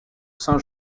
saint